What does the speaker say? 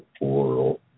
world